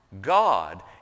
God